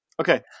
Okay